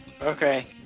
Okay